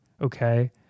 okay